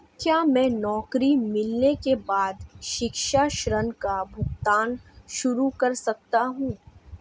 क्या मैं नौकरी मिलने के बाद शिक्षा ऋण का भुगतान शुरू कर सकता हूँ?